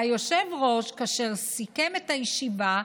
והיושב-ראש, כאשר סיכם את הישיבה,